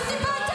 טיפ-טיפה למה?